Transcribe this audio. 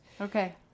Okay